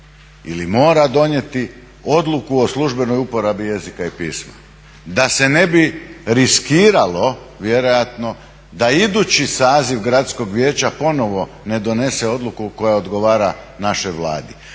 ili mora donijeti odluku o službeno uporabi jezika i pisma, da se ne bi riskiralo vjerojatno da idući saziv gradskog vijeća ponovo ne donese odluku koja odgovara našoj Vladi.